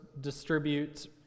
distribute